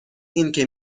اینکه